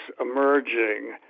emerging